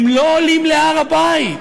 הם לא עולים להר הבית.